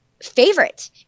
favorite